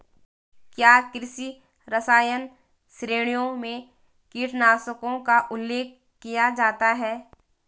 क्या कृषि रसायन श्रेणियों में कीटनाशकों का उल्लेख किया जाता है?